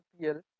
PL